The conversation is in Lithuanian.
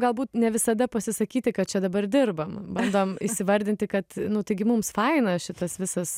galbūt ne visada pasisakyti kad čia dabar dirbam bandom įsivardinti kad nu taigi mums faina šitas visas